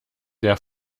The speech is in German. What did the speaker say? der